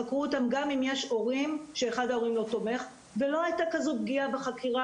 חקרו אותם גם אם אחד ההורים לא תומך ולא הייתה כזאת פגיעה בחקירה,